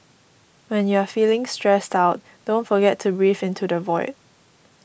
when you are feeling stressed out don't forget to breathe into the void